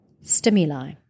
stimuli